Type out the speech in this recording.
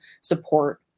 support